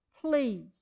Please